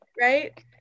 right